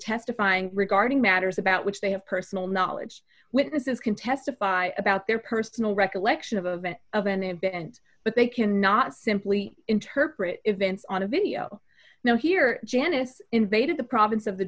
testifying regarding matters about which they have personal knowledge witnesses can testify about their personal recollection of events of an event but they cannot simply interpret events on a video now here janice invaded the province of the